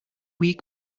weak